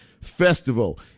Festival